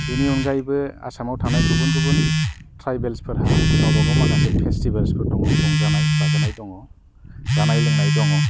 बेनि अनगायैबो आसामाव थानाय गुबुन गुबुन ट्रायबेल्स फोरहा गावबा गाव माखासे पेसटिभल फोरबो दंङ रंजानाय बाजानाय दंङ जानाय लोंनाय दंङ